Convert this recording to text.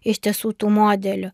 iš tiesų tų modelių